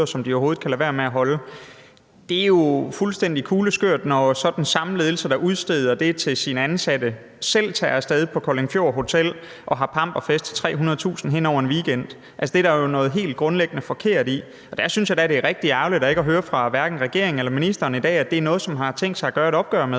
som de overhovedet kan lade være med at holde. Det er jo fuldstændig kugleskørt, når den samme ledelse, som udsteder det til sine ansatte, så selv tager af sted til Hotel Koldingfjord og holder pamperfest til 300.000 kr. hen over en weekend. Altså, det er der jo noget helt grundlæggende forkert i. Og der synes jeg da, at det er rigtig ærgerligt ikke at høre fra hverken regeringen eller ministeren i dag, at det er noget, man har tænkt sig at tage et opgør med.